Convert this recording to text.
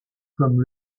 comme